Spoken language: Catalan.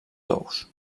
tous